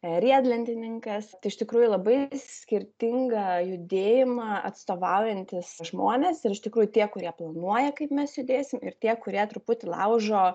riedlentininkas iš tikrųjų labai skirtingą judėjimą atstovaujantys žmonės ir iš tikrųjų tie kurie planuoja kaip mes judėsim ir tie kurie truputį laužo